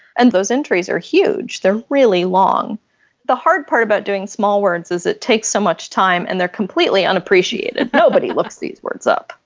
and those entries are huge they're really long the hard part about doing small words is it takes so much time and they're completely unappreciated. nobody looks these words up.